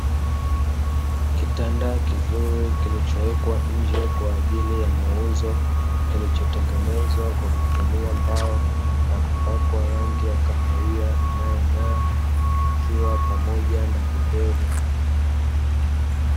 Kitanda kizuri kilichowekwa nje kwa ajili ya mauzo, kilichotengenezwa kwa kutumia mbao, na kupakwa rangi ya kahawia inayong'aa, kikiwa pamoja na godoro.